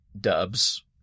dubs